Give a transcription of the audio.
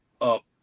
up